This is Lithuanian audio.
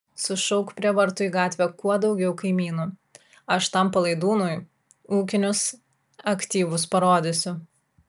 sušauk prie vartų į gatvę kuo daugiau kaimynų aš tam palaidūnui ūkinius aktyvus parodysiu